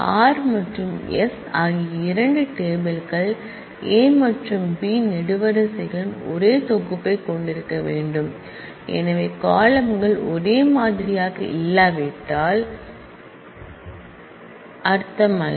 R மற்றும் s ஆகிய இரண்டு டேபிள் கள் A மற்றும் B நெடுரோகளின் ஒரே தொகுப்பைக் கொண்டிருக்க வேண்டும் ஏனெனில் காலம்ன்கள் ஒரே மாதிரியாக இல்லாவிட்டால் Ս அர்த்தமல்ல